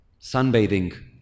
Sunbathing